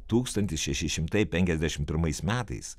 tūkstantis šeši šimtai penkiasdešimt pirmais metais